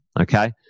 Okay